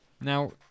Now